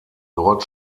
dort